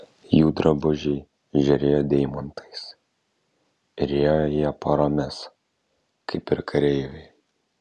jų drabužiai žėrėjo deimantais ir ėjo jie poromis kaip ir kareiviai